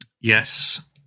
Yes